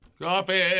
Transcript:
Coffee